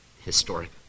historic